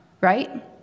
Right